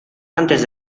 antes